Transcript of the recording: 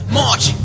march